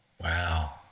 Wow